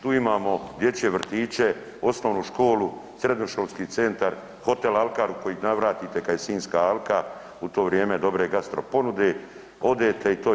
Tu imamo dječje vrtiće, osnovnu školu, srednjoškolski centar, hotel Alkar u koji navratite kada je Sinjska alka u to vrijeme dobre gastro ponude, odete i to je.